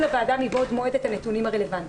לוועדה מבעוד מועד את הנתונים הרלוונטיים.